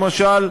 למשל,